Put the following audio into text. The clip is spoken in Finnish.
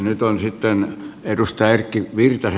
nyt on sitten edustaja erkki virtanen